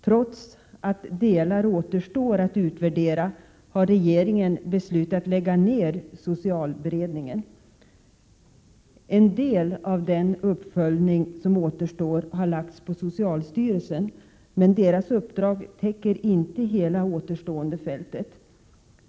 Trots att delar återstår att utvärdera har regeringen beslutat lägga ned socialberedningen. En del av den uppföljning som återstår har lagts på socialstyrelsen, men dess uppdrag täcker inte hela det återstående fältet.